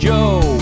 Joe